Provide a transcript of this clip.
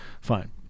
Fine